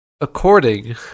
according